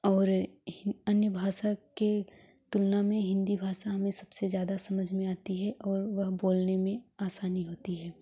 और अन्य भाषा के तुलना में हिंदी भाषा में सबसे ज्यादा समझ में आती है और वह बोलने में आसानी होती है